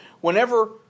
Whenever